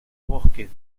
bosques